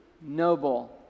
noble